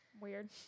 weird